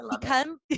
become